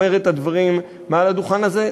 אומר את הדברים מעל הדוכן הזה,